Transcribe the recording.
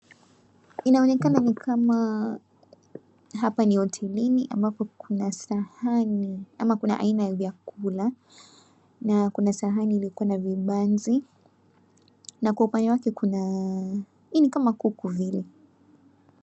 Inaonekana ni kama hapa ni hotelini ambapo kuna sahani, ama kuna aina ya vyakula, na kuna sahani ilikuwa na vibanzi na kwa upande wake kuna, hii ni kama kuku vile.